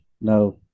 No